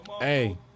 hey